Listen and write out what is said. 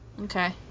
okay